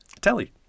Telly